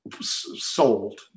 sold